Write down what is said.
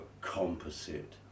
composite